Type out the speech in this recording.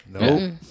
No